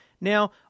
Now